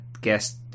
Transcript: guess